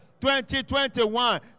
2021